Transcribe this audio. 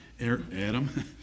Adam